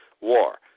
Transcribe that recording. War